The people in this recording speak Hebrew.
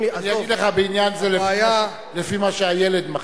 אני אגיד לך בעניין זה, לפי מה שהילד מחליט.